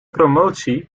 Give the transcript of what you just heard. promotie